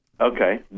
Okay